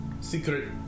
Secret